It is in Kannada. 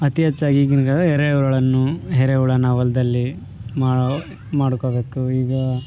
ಅತಿ ಹೆಚ್ಚಾಗಿ ಈಗೀಗ ಎರೆಹುಳುಗಳನ್ನು ಎರೆಹುಳನ ಹೊಲದಲ್ಲಿ ಮಾಡೋ ಮಾಡ್ಕೋಬೇಕು ಈಗ